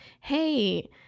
hey